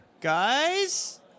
Guys